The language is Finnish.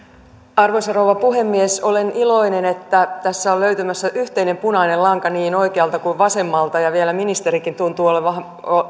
arvoisa rouva puhemies olen iloinen että tässä on löytymässä yhteinen punainen lanka niin oikealta kuin vasemmalta ja vielä ministerikin tuntuu olevan